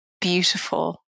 beautiful